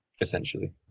essentially